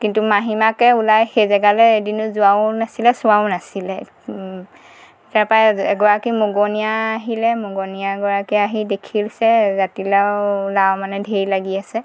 কিন্তু মাহীমাকে ওলাই সেই জেগালৈ এদিনো যোৱাও নাছিলে চোৱাও নাছিলে তাপা এগৰাকী মগনীয়া আহিলে মগনীয়া গৰাকীয়ে আহি দেখিছে জাতি লাও লাও মানে ঢেৰ লাগি আছে